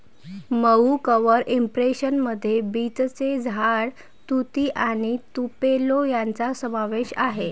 मऊ cover impression मध्ये बीचचे झाड, तुती आणि तुपेलो यांचा समावेश आहे